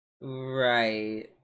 Right